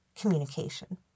communication